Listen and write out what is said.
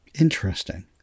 Interesting